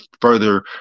Further